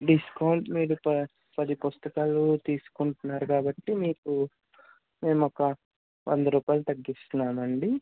discount మీరు ప పది పుస్తకాలు తీసుకుంటున్నారు కాబట్టి మీకు మేము ఒక వంద రూపాయలు తగ్గిస్తున్నాము అండి